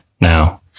now